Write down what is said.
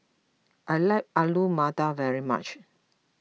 I like Alu Matar very much